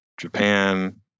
Japan